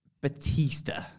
Batista